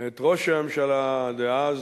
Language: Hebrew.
את ראש הממשלה דאז,